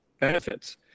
benefits